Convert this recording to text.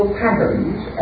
patterns